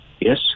Yes